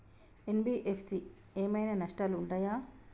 NBFC ఏమైనా నష్టాలు ఉంటయా?